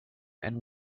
and